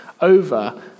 over